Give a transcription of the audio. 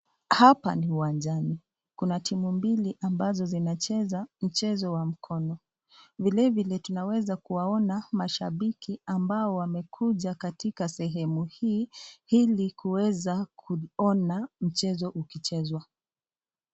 Hapa ni uwanjani, kuna timu mbili ambazo zinacheza mchezo wa mkono. Vile vile tunaweza kuwaona mashabiki ambao wamekunja katika sehemu hii, ili kueza kuona mchezo ukichezwa.